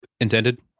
intended